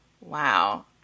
Wow